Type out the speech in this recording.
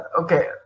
Okay